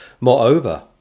Moreover